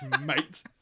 mate